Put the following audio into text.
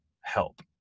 help